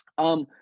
um,